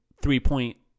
three-point